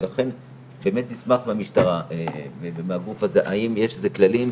ולכן באמת נשמח אם המשטרה תתייחס ותאמר האם יש איזה כללים,